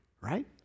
right